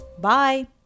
Bye